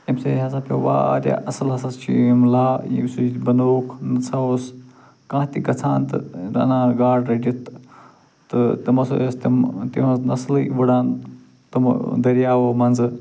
اَمہِ سۭتۍ ہسا پیوٚو ورایاہ اصٕل ہسا چھِ یِم لا یُس ییٚتہِ بنووُکھ یہِ نَہ سا اوس کانٛہہ تہِ گژھان تہٕ رنان گاڈ رٔٹِتھ تہٕ تِم ہسا ٲسۍ تِم تِہٕنٛز نَسلٕے وٕڑان تِمو دریاوو منٛزٕ